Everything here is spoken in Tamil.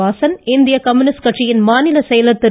வாசன் இந்திய கம்யூனிஸ்ட் கட்சியின் மாநில செயலர் திரு